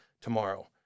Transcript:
tomorrow